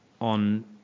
on